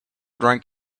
drunk